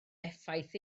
effaith